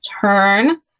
turn